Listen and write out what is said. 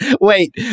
Wait